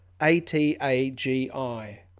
A-T-A-G-I